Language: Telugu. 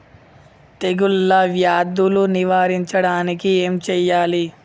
తెగుళ్ళ వ్యాధులు నివారించడానికి ఏం చేయాలి?